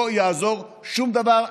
לא יעזור שום דבר.